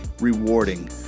rewarding